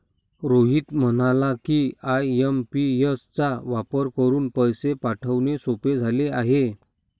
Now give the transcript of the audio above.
रोहित म्हणाला की, आय.एम.पी.एस चा वापर करून पैसे पाठवणे सोपे झाले आहे